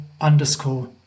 underscore